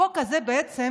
החוק הזה בעצם